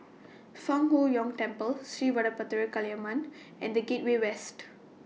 Fang Huo Yuan Temple Sri Vadapathira Kaliamman and The Gateway West